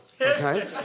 Okay